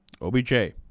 OBJ